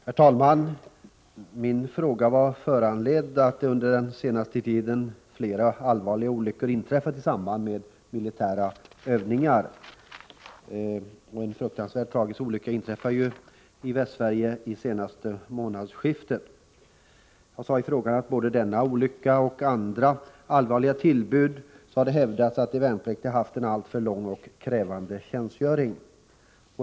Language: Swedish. Herr talman! Min fråga var föranledd av att det under den senaste tiden har inträffat flera allvarliga olyckor i samband med militära övningar. En fruktansvärt tragisk olycka inträffade i Västsverige vid det senaste månadsskiftet. Jag sade i frågan att det både vid denna olycka och vid allvarliga tillbud har hävdats att de värnpliktiga haft en alltför lång och krävande tjänstgöring.